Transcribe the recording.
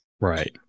Right